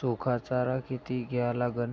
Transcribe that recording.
सुका चारा किती द्या लागन?